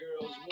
girls